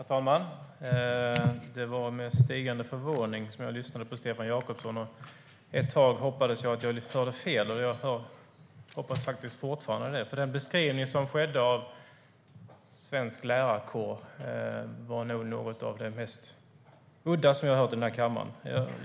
Herr talman! Det var med stigande förvåning jag lyssnade på Stefan Jakobsson, och ett tag hoppades jag att jag hörde fel. Jag hoppas faktiskt fortfarande det, för den beskrivning han gav av svensk lärarkår var nog något av det mest udda jag har hört i den här kammaren.